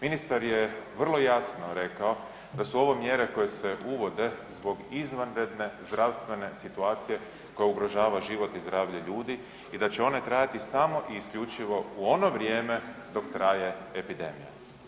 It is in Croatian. Ministar je vrlo jasno rekao da su ovo mjere koje se uvode zbog izvanredne zdravstvene situacije koja ugrožava život i zdravlje ljudi i da će one trajati samo i isključivo u ono vrijeme dok traje epidemija.